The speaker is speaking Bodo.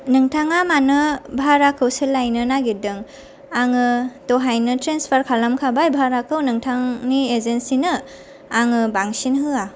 नोंथाङा मानो भाराखौ सोलायनो नायगिरदों आङो दहायनो ट्रान्सफार खालामखाबाय भाराखौ नोंथांनि एजेन्सिनो आङो बांसिन होआ